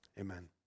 Amen